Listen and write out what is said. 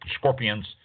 scorpions